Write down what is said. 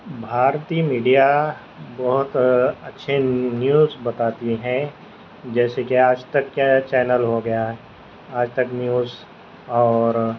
بھارتی میڈیا بہت اچھے نیوز بتاتی ہیں جیسے کہ آج تک کا چینل ہوگیا آج تک نیوز اور